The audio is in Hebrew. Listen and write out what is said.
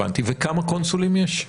הבנתי, וכמה קונסולים יש?